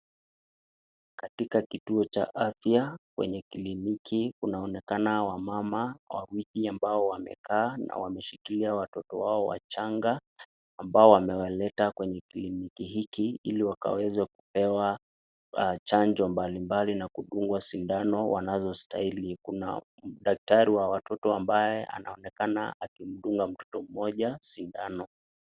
katika kituo cha afya kwenye kiliniki, kunaonekana wamama wawili ambao wamekaa na wameshikilia watoto wao wachanga, ambao wameleta kwa kiliniki hiki ili wakaweza kupewa chanjo mbali mbali na kudungwa shindano wanazo stahili. Kuna dakitari wa watoto ambaye anaonekana akimdunga mtoto moja sindano.